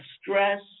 stress